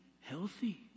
healthy